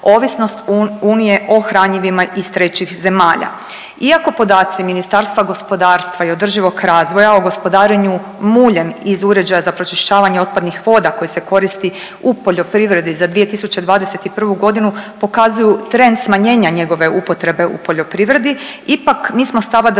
ovisnost unije o hranjivima iz trećih zemalja. Iako podaci Ministarstva gospodarstva i održivog razvoja o gospodarenju muljem iz uređaja za pročišćavanje otpadnih voda koji se koristi u poljoprivredi za 2021. pokazuju trend smanjenja njegove upotrebe u poljoprivredi, ipak mi smo stava da